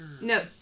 No